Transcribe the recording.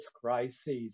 crisis